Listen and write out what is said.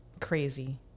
Crazy